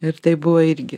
ir tai buvo irgi